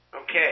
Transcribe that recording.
okay